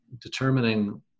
determining